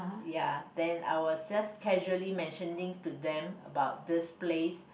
ya then I was just casually mentioning to them about this place